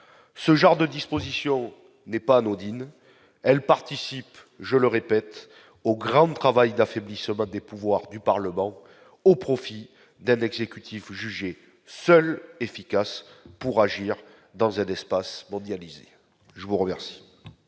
ce genre de disposition n'est pas anodine, elle participe, je le répète au grand travail d'affaiblissement des pouvoirs du Parlement au profit d'un exécutif jugé seul efficace pour agir dans un d'espace mondialisé, je vous remercie.